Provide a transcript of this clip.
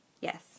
Yes